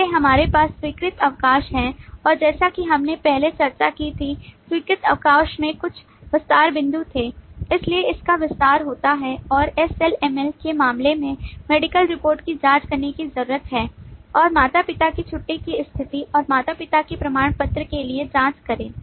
इसलिए हमारे पास स्वीकृत अवकाश है और जैसा कि हमने पहले चर्चा की थी कि स्वीकृत अवकाश में कुछ विस्तार बिंदु थे इसलिए इसका विस्तार होता है और SLML के मामले में मेडिकल रिपोर्ट की जांच करने की जरूरत है और माता पिता की छुट्टी की स्थिति और माता पिता के प्रमाण पत्र के लिए जाँच करें